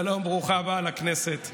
ברוכה הבאה לכנסת.